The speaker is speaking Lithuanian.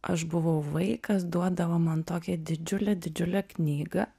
aš buvau vaikas duodavo man tokią didžiulę didžiulę knygą